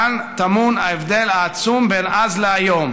כאן טמון ההבדל העצום בין אז להיום: